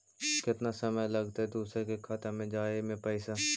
केतना समय लगतैय दुसर के खाता में जाय में पैसा?